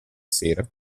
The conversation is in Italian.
sera